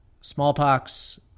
smallpox